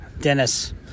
Dennis